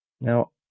Now